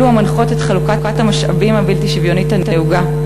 אלה המנחות את חלוקת המשאבים הבלתי-שוויונית הנהוגה,